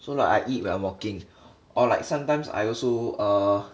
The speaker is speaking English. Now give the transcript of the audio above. so like I eat when I'm walking or like sometimes I also uh